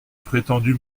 prétendu